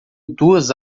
duas